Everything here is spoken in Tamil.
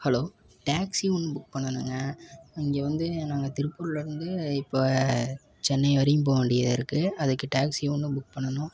ஹலோ டேக்ஸி ஒன்று புக் பண்ணணுங்க இங்கே வந்து நாங்கள் திருப்பூர்லேருந்து இப்போ சென்னை வரையும் போக வேண்டியதாக இருக்குது அதுக்கு டேக்ஸி ஒன்று புக் பண்ணணும்